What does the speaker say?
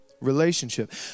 Relationship